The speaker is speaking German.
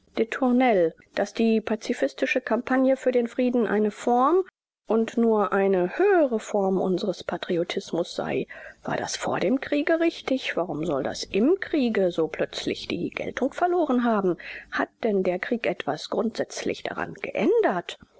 daß die pazifistische kampagne für den frieden eine form und nur eine höhere form unseres patriotismus sei war das vor dem kriege richtig warum soll das im kriege so plötzlich die geltung verloren haben hat denn der krieg etwas grundsätzlich daran geändert